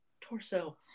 torso